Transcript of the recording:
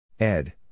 Ed